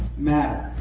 matter?